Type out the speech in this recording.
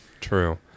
True